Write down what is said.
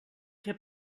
què